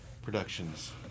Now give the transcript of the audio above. Productions